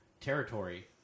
territory